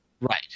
Right